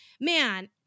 man